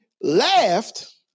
laughed